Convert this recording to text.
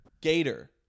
Gator